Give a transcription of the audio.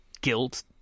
guilt